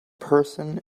person